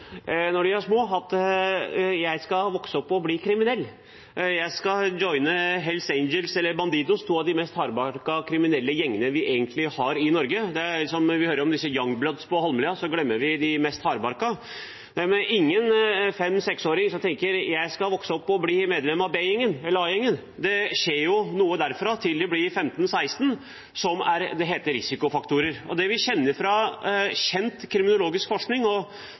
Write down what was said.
når de er små, drømmer om å vokse opp og bli kriminell, «joine» Hells Angels eller Bandidos – to av de mest hardbarkede kriminelle gjengene vi har i Norge. Vi hører om Young Bloods på Holmlia, men så glemmer vi de mest hardbarkede. Men det er ingen 5- eller 6-åring som tenker: Jeg skal vokse opp og bli medlem av B-gjengen eller A-gjengen. Det skjer noe derfra til de blir 15–16 – det heter risikofaktorer. Vi har kjent kriminologisk forskning, de mest kjente kriminologene er norske – Nils Christie, han har gått bort nå, og